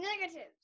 negatives